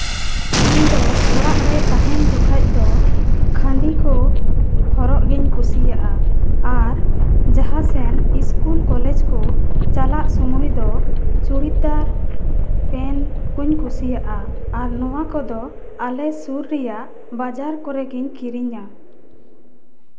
ᱤᱧ ᱫᱚ ᱚᱲᱟᱜ ᱨᱮ ᱛᱟᱦᱮᱱ ᱡᱚᱠᱷᱚᱡ ᱫᱚ ᱠᱷᱟᱹᱰᱤ ᱠᱚ ᱦᱚᱨᱚᱜ ᱜᱤᱧ ᱠᱩᱥᱤᱭᱟᱜᱼᱟ ᱟᱨ ᱡᱟᱦᱟᱸ ᱥᱮᱱ ᱤᱥᱠᱩᱞ ᱠᱚᱞᱮᱡᱽ ᱠᱚ ᱪᱟᱞᱟᱜ ᱥᱚᱢᱚᱭ ᱫᱚ ᱪᱩᱲᱤᱫᱟᱨ ᱯᱮᱱᱴ ᱠᱚᱧ ᱠᱩᱥᱤᱭᱟᱜᱼᱟ ᱟᱨ ᱱᱚᱣᱟ ᱠᱚᱫᱚ ᱟᱞᱮ ᱥᱩᱨ ᱨᱮᱭᱟᱜ ᱵᱟᱡᱟᱨ ᱠᱚᱨᱮ ᱜᱤᱧ ᱠᱤᱨᱤᱧᱟ